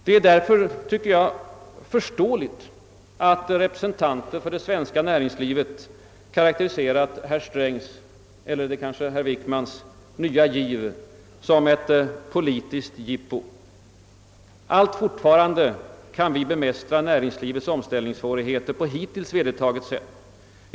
Det är därför, tycker jag, förståeligt att representanter för det svenska näringslivet karakteriserat herr Strängs — eller det kanske är herr Wickmans — nya giv som ett »politiskt jippo». Fortfarande kan vi bemästra näringslivets omställningssvårigheter på hittills vedertaget sätt.